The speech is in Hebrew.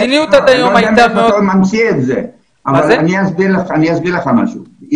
אני אסביר לך משהו.